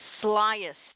slyest